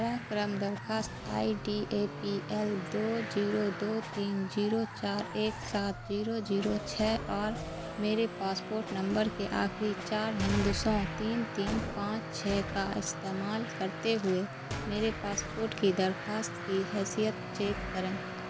براہ کرم درخواست I D A P L دو زیرو دو تین زیرو چار ایک سات زیرو زیرو چھ اور میرے پاسپورٹ نمبر کے آخری چار ہندسوں تین تین پانچ چھ کا استعمال کرتے ہوئے میرے پاسپورٹ کی درخواست کی حیثیت چیک کریں